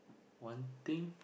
one thing